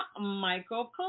Michael